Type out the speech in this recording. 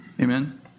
Amen